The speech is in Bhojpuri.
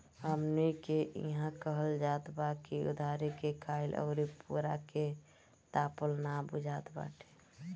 हमनी के इहां कहल जात बा की उधारी के खाईल अउरी पुअरा के तापल ना बुझात बाटे